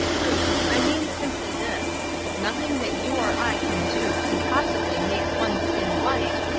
ruth, i mean simply this nothing that you or i can do can possibly make one sin white,